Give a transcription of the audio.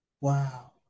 Wow